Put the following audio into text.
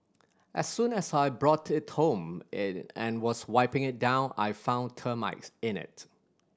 as soon as I brought it home and was wiping it down I found termites in it